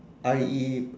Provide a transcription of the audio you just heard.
I_E